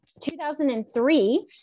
2003